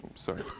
Sorry